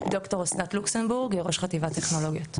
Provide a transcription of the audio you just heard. ד״ר אסנת לוקסמבורג, היא ראש חטיבת טכנולוגיות.